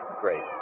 Great